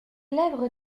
lèvres